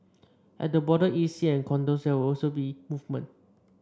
at the border E C and condos there will also be movement